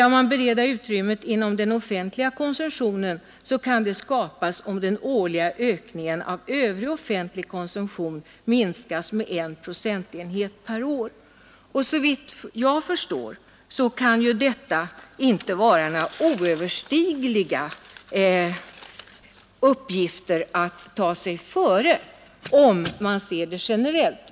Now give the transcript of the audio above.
Utrymme inom den offentliga konsumtionen kan skapas om den årliga ökningen av övrig offentlig konsumtion minskas med 1 procentenhet per år. Det kan inte vara några oöverstigliga uppgifter att ta sig före.